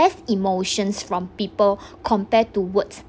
less emotions from people compared to words